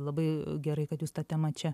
labai gerai kad jūs tą temą čia